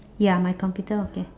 ya my computer okay